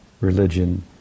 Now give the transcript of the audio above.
religion